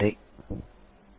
ధన్యవాదాలు